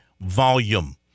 volume